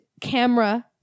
camera